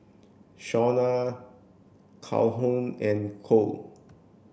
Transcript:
Shawna Calhoun and Cole